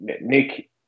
Nick